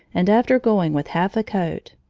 and after going with half a coat,